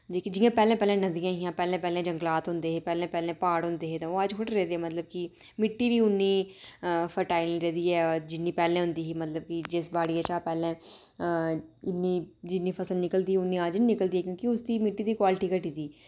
जेह्की जियां पैह्लें पैह्लें नदियां हियां पैह्नें पैह्लें जदूं जगंलात होंदे हे पैह्लें पैह्लें प्हाड़ होंदे हे तां ओह् अज्ज थोह्ड़े रेहदे मतलब कि मिट्टी दी बी उन्नी फरटाईल निं रेह्दी ऐ जिन्नी पैह्लें होंदी ही मतलब ऐ ते भी जिस बाड़ियै शा पैह्लें जिन्नी जिन्नी फसल निकलदी ते उन्नी हारी ते निकलदी ऐ क्योंकि उसदी मिट्टी दी मिट्टी दी क्वालिटी घटी दी